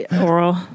oral